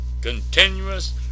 continuous